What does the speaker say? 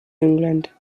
england